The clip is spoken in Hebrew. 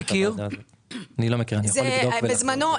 בזמנו,